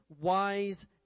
wise